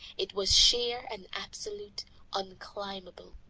it was sheer and absolutely unclimbable.